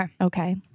Okay